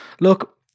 look